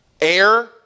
Air